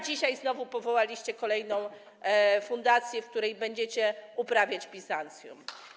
Dzisiaj znowu powołaliście kolejną fundację, w której będziecie uprawiać Bizancjum.